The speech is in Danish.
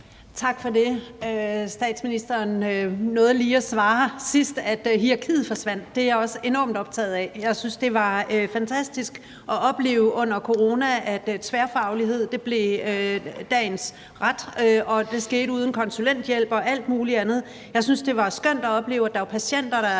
Tak for det. Statsministeren nåede lige at svare sidst, at hierarkiet forsvandt, og det er jeg også enormt optaget af. Jeg syntes, det var fantastisk at opleve under coronaen, af tværfaglighed blev dagens ret, og at det skete uden konsulenthjælp og alt mulig andet. Jeg syntes, det var skønt at opleve, at der var patienter, der